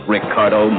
Ricardo